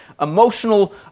emotional